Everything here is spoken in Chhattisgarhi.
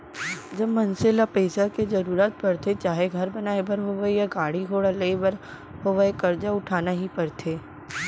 जब मनसे ल पइसा के जरुरत परथे चाहे घर बनाए बर होवय या गाड़ी घोड़ा लेय बर होवय करजा उठाना ही परथे